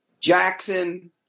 Jackson